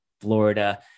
Florida